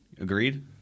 Agreed